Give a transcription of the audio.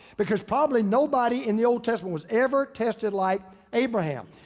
because probably nobody in the old testament was ever tested like abraham.